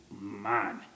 Man